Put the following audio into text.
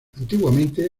antiguamente